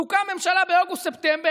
תוקם ממשלה באוגוסט-ספטמבר,